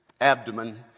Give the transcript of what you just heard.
abdomen